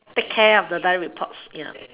take care of the direct reports ya